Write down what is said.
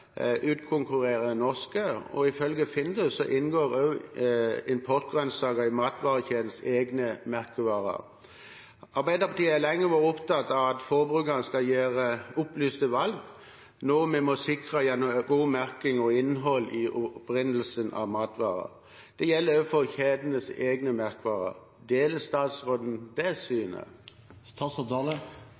utkonkurrerer de norske, og ifølge Findus inngår også importgrønnsaker i matvarekjedenes egne merkevarer. Arbeiderpartiet har lenge vært opptatt av at forbrukerne skal gjøre opplyste valg, noe vi må sikre gjennom god merking av innholdet i og opprinnelsen til matvarene. Det gjelder også for kjedenes egne merkevarer. Deler statsråden det synet?